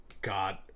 God